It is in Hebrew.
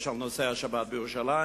יש נושא של השבת בירושלים,